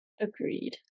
agreed